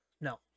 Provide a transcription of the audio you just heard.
No